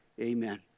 amen